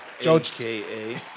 AKA